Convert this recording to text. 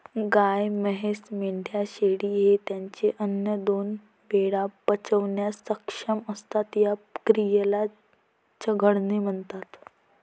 गाय, म्हैस, मेंढ्या, शेळी हे त्यांचे अन्न दोन वेळा पचवण्यास सक्षम असतात, या क्रियेला चघळणे म्हणतात